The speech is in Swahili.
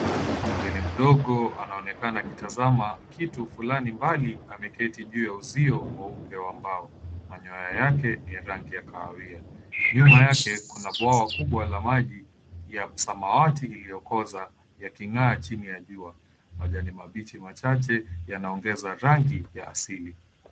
Tumbili mdogo anaonekana akitaza kitu flani mbali ameketi juu ya uzio mweupe wa mbao, manyoya yake ni rangi ya kahawia. Nyuma yake kuna bwawa kubwa la maji ya samawati iliyokoza yaking'aa chini ya jua. Majani mabichi machache yanaongeza rangi ya asili.